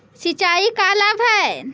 सिंचाई का लाभ है?